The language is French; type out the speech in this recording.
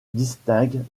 distinguent